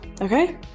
Okay